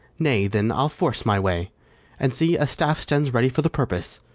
nay, then, i'll force my way and, see, a staff stands ready for the purpose.